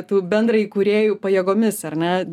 tų bendraįkūrėjų pajėgomis ar ne